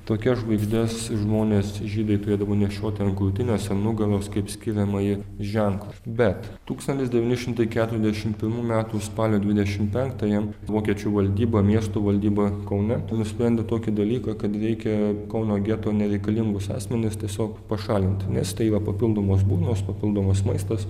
tokias žvaigždes žmonės žydai turėdavo nešioti ant krūtinės ant nugaros kaip skiriamąjį ženklą bet tūkstantis devyni šimtai keturiasdešimt pirmų metų spalio dvidešimt penktąją vokiečių valdyba miesto valdyba kaune nusprendė tokį dalyką kad reikia kauno geto nereikalingus asmenis tiesiog pašalinti nes tai yra papildomos burnos papildomas maistas